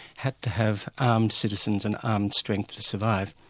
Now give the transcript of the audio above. had to have armed citizens and armed strength to survive.